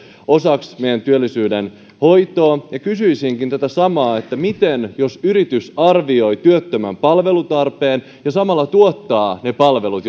osaksi meidän työllisyyden hoitoa kysyisinkin tätä samaa että jos yritys arvioi työttömän palvelutarpeen ja samalla tuottaa ne palvelut